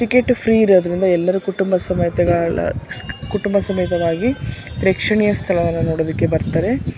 ticket free ಇರೋದರಿಂದ ಎಲ್ಲರೂ ಕುಟುಂಬ ಸಮೇತರಾಲ ಸ್ಕ್ ಕುಟುಂಬ ಸಮೇತರಾಗಿ ಪ್ರೇಕ್ಷಣೀಯ ಸ್ಥಳವನ್ನು ನೋಡೋದಕ್ಕೆ ಬರ್ತಾರೆ